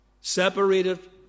separated